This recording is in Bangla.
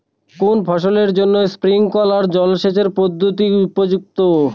কোন ফসলের জন্য স্প্রিংকলার জলসেচ পদ্ধতি উপযুক্ত?